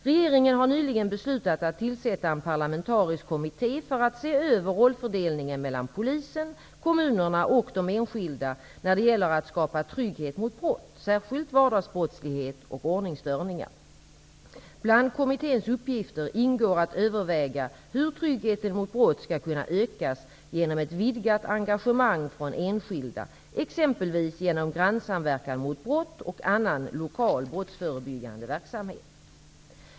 Regeringen har nyligen beslutat att tillsätta en parlamentarisk kommitté för att se över rollfördelningen mellan polisen, kommunerna och de enskilda när det gäller att skapa trygghet mot brott, särskilt vardagsbrottslighet, och ordningsstörningar. Bland kommitténs uppgifter ingår att överväga hur tryggheten mot brott skall kunna ökas genom ett vidgat engagemang från enskilda, exempelvis genom grannsamverkan mot brott och annan lokal brottsförebyggande verksamhet.